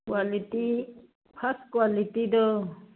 quality ꯐꯥꯔꯁ ꯀ꯭ꯋꯥꯂꯤꯇꯤꯗꯣ